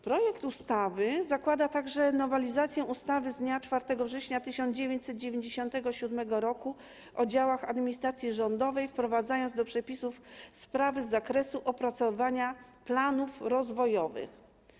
Projekt ustawy zakłada także nowelizację ustawy z dnia 4 września 1997 r. o działach administracji rządowej, wprowadzając do przepisów sprawy z zakresu opracowania planów rozwojowych.